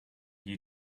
you